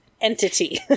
entity